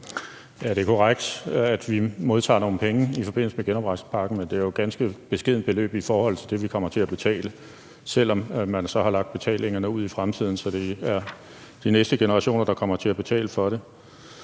Det er korrekt, at vi modtager nogle penge i forbindelse med genopretningspakken, men det er jo et ganske beskedent beløb i forhold til det, vi kommer til at betale, selv om man så har lagt betalingerne ude i fremtiden, så det er de næste generationer, der kommer til at betale for det.